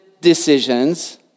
decisions